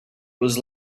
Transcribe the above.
was